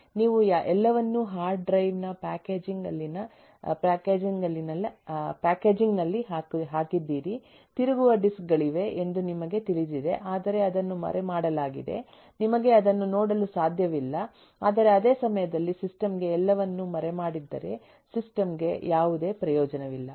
ನೀವು ಎಲ್ಲವನ್ನೂ hard drive ನ ಪ್ಯಾಕೇಜಿಂಗ್ ಲ್ಲಿನ ಹಾಕಿದ್ದೀರಿ ತಿರುಗುವ ಡಿಸ್ಕ್ ಗಳಿವೆ ಎಂದು ನಿಮಗೆ ತಿಳಿದಿದೆ ಆದರೆ ಅದನ್ನು ಮರೆಮಾಡಲಾಗಿದೆ ನಿಮಗೆ ಅದನ್ನು ನೋಡಲು ಸಾಧ್ಯವಿಲ್ಲ ಆದರೆ ಅದೇ ಸಮಯದಲ್ಲಿ ಸಿಸ್ಟಮ್ ಗೆ ಎಲ್ಲವನ್ನೂ ಮರೆಮಾಡಿದ್ದರೆ ಸಿಸ್ಟಮ್ ಗೆ ಯಾವುದೇ ಪ್ರಯೋಜನವಿಲ್ಲ